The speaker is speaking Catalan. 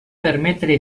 permetre